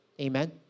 Amen